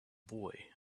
boy